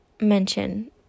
mention